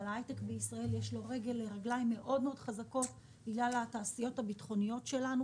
אבל להייטק בישראל יש רגליים מאוד חזקות בגלל התעשיות הביטחוניות שלנו,